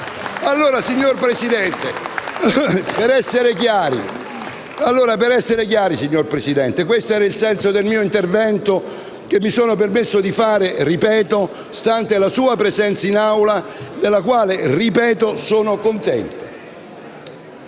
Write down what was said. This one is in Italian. Pepe)*. Signor Presidente, per essere chiari, questo è il senso dell'intervento che mi sono permesso di fare - ripeto - stante la sua presenza in Aula, della quale - ripeto - sono contento.